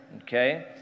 Okay